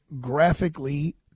graphically